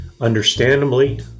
Understandably